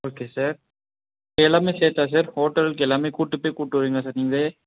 okay sir எல்லாமே சேர்த்தா sir ஹோட்டலுக்கு எல்லாமே கூட்டு போயி கூட்டு வருவிங்களா சார் நீங்களே